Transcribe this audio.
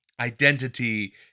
Identity